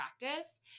practice